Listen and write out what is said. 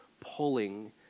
pulling